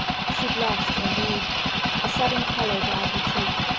she blushed, indeed a sudden color dyed her cheek,